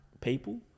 people